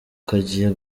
kagiye